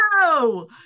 no